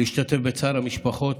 להשתתף בצער המשפחות